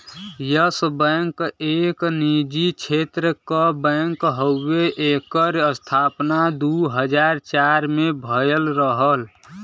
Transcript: yes bank एक निजी क्षेत्र क बैंक हउवे एकर स्थापना दू हज़ार चार में भयल रहल